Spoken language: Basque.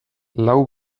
lau